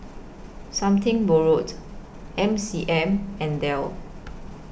Something Borrowed M C M and Dell